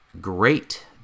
great